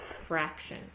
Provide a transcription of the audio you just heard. fraction